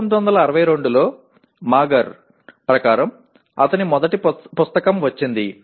1962 లో మాగర్ ప్రకారం అతని మొదటి పుస్తకం వచ్చింది